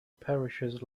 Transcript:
parishes